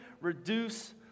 reduce